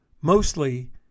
Mostly